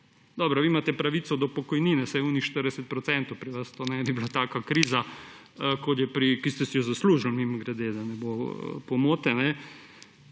Dobro, vi imate pravico do pokojnine, vsaj tistih 40 %, pri vas to ne bi bila taka kriza – ki ste si jo zaslužili, mimogrede, da ne bo pomote